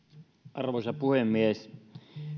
arvoisa puhemies